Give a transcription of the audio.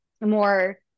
more